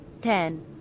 ten